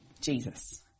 Jesus